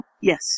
Yes